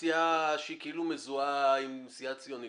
מסיעה שהיא כאילו מזוהה עם סיעה ציונית?